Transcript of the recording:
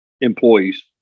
employees